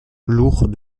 lourd